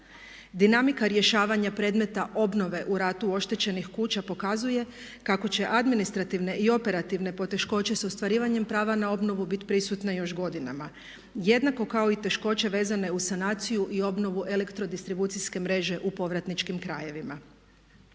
Dinamika rješavanja predmeta obnove u ratu oštećenih kuća pokazuje kako će administrativne i operativne poteškoće s ostvarivanjem prava na obnovu biti prisutne još godinama jednako kao i teškoće vezane uz sanaciju i obnovu elektrodistribucijske mreže u povratničkim krajevima.